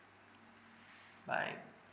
bye